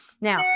Now